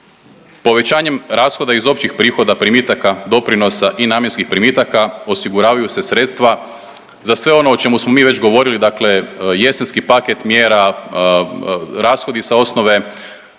Povećanjem rashoda iz općih prihoda primitaka doprinosa i namjenskih primitaka osiguravaju se sredstva za sve ono o čemu smo mi već govorili, dakle jesenski paket mjera, rashodi sa osnove,